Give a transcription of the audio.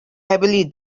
heavily